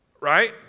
Right